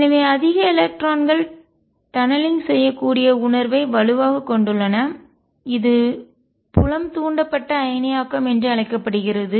எனவே அதிக எலக்ட்ரான்கள் டநலிங்க் துளைத்து செல்லும் செய்யக்கூடிய உணர்வை வலுவாகக் கொண்டுள்ளன இது புலம் தூண்டப்பட்ட அயனியாக்கம் என்று அழைக்கப்படுகிறது